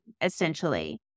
essentially